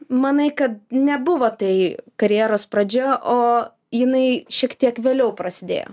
manai kad nebuvo tai karjeros pradžia o jinai šiek tiek vėliau prasidėjo